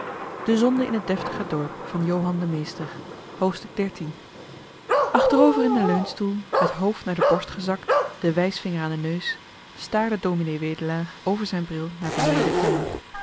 de zonde in het deftige dorp dertiende hoofdstuk achterover in den leunstoel het hoofd naar de borst gezakt den wijsvinger aan den neus staarde dominee wedelaar over zijn bril naar benee in den tuin